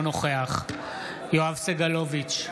אינו נוכח יואב סגלוביץ'